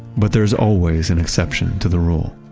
but there's always an exception to the rule.